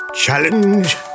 Challenge